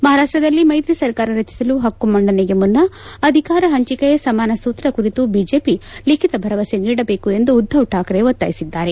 ಮಹಾರಾಷ್ಷದಲ್ಲಿ ಮೈತ್ರಿ ಸರ್ಕಾರ ರಚಿಸಲು ಹಕ್ಕು ಮಂಡನೆಗೆ ಮುನ್ನ ಅಧಿಕಾರ ಹಂಚಿಕೆಯ ಸಮಾನ ಸೂತ್ರ ಕುರಿತು ಬಿಜೆಪಿ ಲಿಖಿತ ಭರವಸೆ ನೀಡಬೇಕು ಎಂದು ಉದ್ಧವ್ ಶಾಕ್ರೆ ಒತ್ತಾಯಿಸಿದ್ದಾರೆ